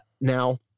Now